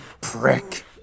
prick